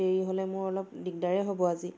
দেৰি হ'লে মোৰ অলপ দিগদাৰে হ'ব আজি